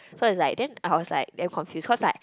so it's like then I was like damn confused cause like